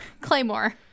Claymore